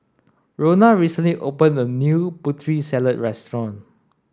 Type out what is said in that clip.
Rona recently opened a new Putri Salad restaurant